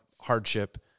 hardship